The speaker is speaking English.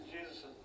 Jesus